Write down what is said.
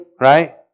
Right